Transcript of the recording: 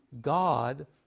God